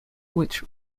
which